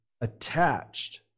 attached